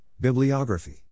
Bibliography